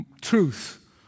truth